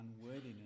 unworthiness